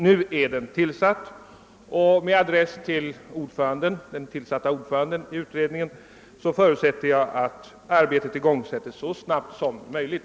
Nu är den tillsatt, och med adress till ordföranden i utredningen förutsätter jag att arbetet kommer i gång så fort som möjligt.